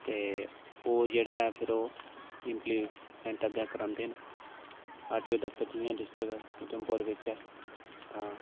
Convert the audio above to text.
ते ओह् जेह्ड़ा ऐ फिर ओह् इम्पलिमैंट अग्गें करांदे न आरटीओ दफ्तर जि'यां डिस्ट्रिक उधमपुर बिच ऐ तां